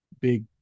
big